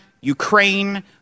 ukraine